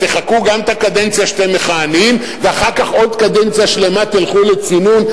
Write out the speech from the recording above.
תחכו גם את הקדנציה שאתם מכהנים ואחר כך עוד קדנציה שלמה תלכו לצינון?